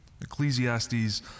Ecclesiastes